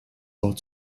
wort